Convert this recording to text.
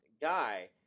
guy